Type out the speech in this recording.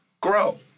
grow